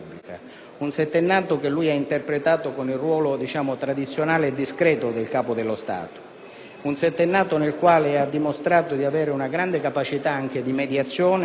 Un settennato che lui ha interpretato con il ruolo tradizionale e discreto del Capo dello Stato; un settennato nel quale ha dimostrato di avere una grande capacità anche di mediazione